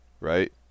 right